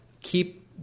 keep